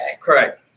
Correct